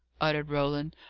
uttered roland,